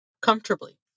comfortably